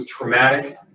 traumatic